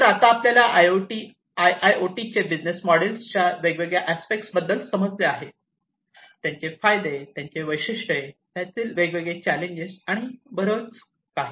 तर आता आपल्याला I I O T business मॉडेलच्या च्या वेगवेगळ्या अस्पेक्ट बद्दल समजले आहे त्याचे फायदे त्याचे वैशिष्ट्ये त्यातील वेगवेगळे चॅलेंजेस आणि बरच काही